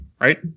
right